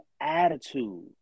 attitude